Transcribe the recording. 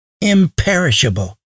imperishable